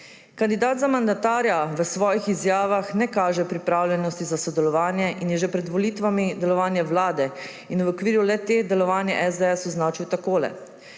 Kandidat za mandatarja v svojih izjavah ne kaže pripravljenosti za sodelovanje in je že pred volitvami delovanje Vlade in v okviru v le-te delovanje SDS označil takole: